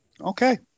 Okay